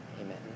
amen